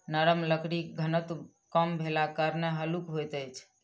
नरम लकड़ीक घनत्व कम भेलाक कारणेँ हल्लुक होइत अछि